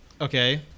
Okay